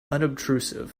unobtrusive